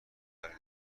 خریده